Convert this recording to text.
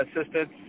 assistance